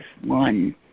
one